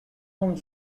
home